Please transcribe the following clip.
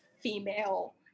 female